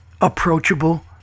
approachable